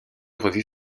revue